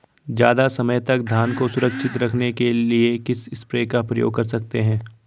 ज़्यादा समय तक धान को सुरक्षित रखने के लिए किस स्प्रे का प्रयोग कर सकते हैं?